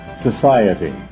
society